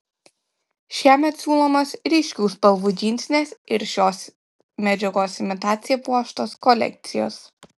šiemet siūlomos ryškių spalvų džinsinės ir šios medžiagos imitacija puoštos kolekcijos